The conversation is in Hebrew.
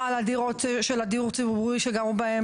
על הדירות בדיור הציבורי שהם גרו בהם,